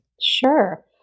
Sure